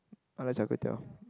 Malaysia kway-teow